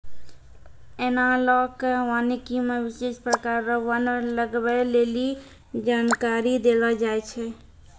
एनालाँक वानिकी मे विशेष प्रकार रो वन लगबै लेली जानकारी देलो जाय छै